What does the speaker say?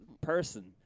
person